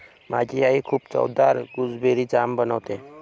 माझी आई खूप चवदार गुसबेरी जाम बनवते